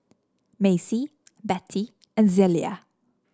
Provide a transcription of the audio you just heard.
Macy Bettye and Zelia